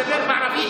דיברתי עם שגית,